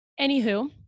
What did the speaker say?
Anywho